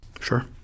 Sure